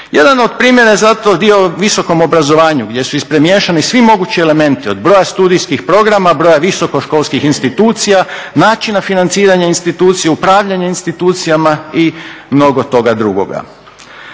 Jedan od primjera je zato dio o visokom obrazovanju gdje su ispremiješani svi mogući elementi od broja studijskih programa, broja visokoškolskih institucija, načina financiranja institucija, upravljanje institucijama i mnogo toga drugoga.